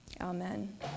Amen